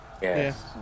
Yes